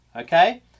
okay